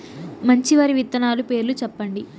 మంచి వరి విత్తనాలు పేర్లు చెప్పండి?